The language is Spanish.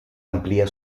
amplía